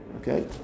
okay